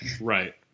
Right